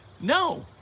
No